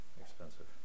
expensive